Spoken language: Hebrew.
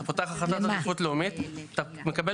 אתה פותח החלטת עדיפות לאומית אתה מקבל